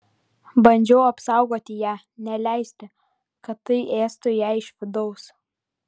bandžiau apsaugoti ją neleisti kad tai ėstų ją iš vidaus